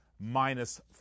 minus